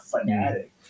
fanatic